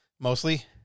mostly